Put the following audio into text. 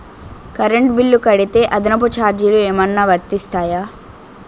Current bill కడితే అదనపు ఛార్జీలు ఏమైనా వర్తిస్తాయా?